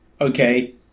okay